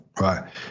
Right